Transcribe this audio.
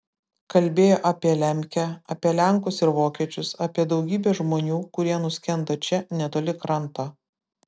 kalbėjo apie lemkę apie lenkus ir vokiečius apie daugybę žmonių kurie nuskendo čia netoli kranto